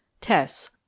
Tests